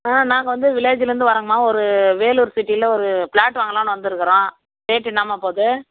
ஆ நாங்கள் வந்து வில்லேஜ்லேர்ந்து வரோங்கம்மா ஒரு வேலூர் சிட்டியில ஒரு ப்ளாட் வாங்களான்னு வந்துருக்கிறோம் ரேட்டு என்னாம்மா போது